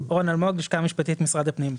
הלשכה המשפטית, משרד הפנים.